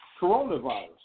coronavirus